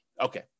okay